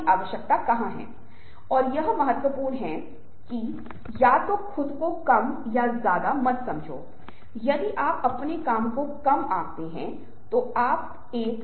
दृश्य बदलता है आप रंग बदलते हैं दृश्य का अर्थ संदर्भ बदलता है और विभिन्न प्रतीकात्मक घटक जो इसे घेरते हैं और संपूर्ण चीज़ का अर्थ बदल जाता है